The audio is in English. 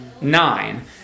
Nine